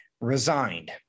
resigned